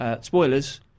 spoilers